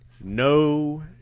no